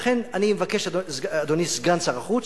לכן אני מבקש, אדוני סגן שר החוץ,